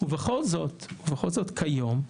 ובכל זאת, בכל זאת כיום,